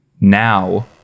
Now